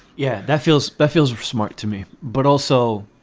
yeah, that feels but feels smart to me. but also